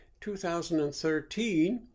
2013